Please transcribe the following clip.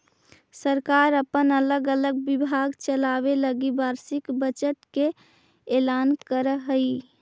सरकार अपन अलग अलग विभाग चलावे लगी वार्षिक बजट के ऐलान करऽ हई